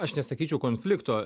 aš nesakyčiau konflikto